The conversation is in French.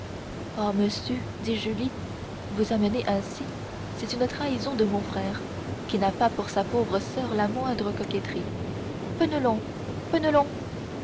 ah monsieur dit julie vous amener ainsi c'est une trahison de mon frère qui n'a pas pour sa pauvre soeur la moindre coquetterie penelon